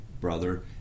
brother